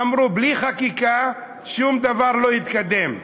אמרו: בלי חקיקה שום דבר לא יתקדם.